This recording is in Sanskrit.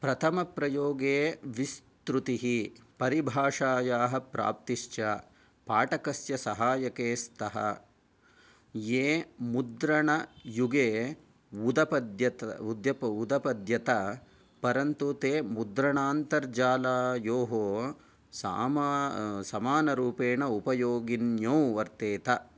प्रथमप्रयोगे विस्तृतिः परिभाषायाः प्राप्तिश्च पाठकस्य सहायके स्तः ये मुद्रणयुगे उदपद्यत उद्यप उदपद्यत परन्तु ते मुद्रणान्तर्जालायोः सामा समानरूपेण उपयोगिन्यौ वर्तेत